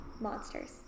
monsters